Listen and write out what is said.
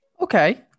Okay